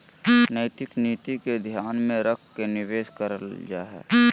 नैतिक नीति के ध्यान में रख के निवेश करल जा हइ